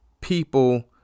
people